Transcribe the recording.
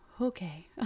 okay